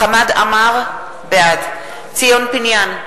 בעד חמד עמאר, בעד ציון פיניאן,